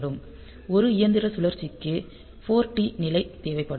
1 இயந்திர சுழற்சிக்கு 4t நிலை தேவைப்படும்